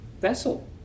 vessel